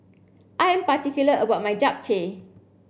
I am particular about my Japchae